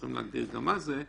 שצריכים להגדיר גם מה זה,